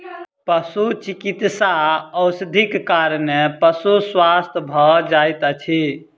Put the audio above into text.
पशुचिकित्सा औषधिक कारणेँ पशु स्वस्थ भ जाइत अछि